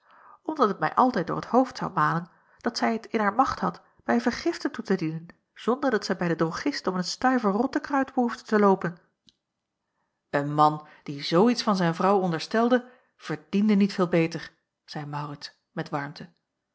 omdat het mij altijd door t hoofd zou malen dat zij t in haar macht had mij vergiften toe te dienen zonder dat zij bij den drogist om een stuiver rottekruit behoefde te loopen een man die zoo iets van zijn vrouw onderstelde verdiende niet veel beter zeî maurits met warmte